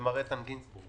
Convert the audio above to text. שמר איתן גינזבורג